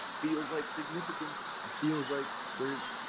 feels like significance! feels like they're.